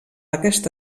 aquesta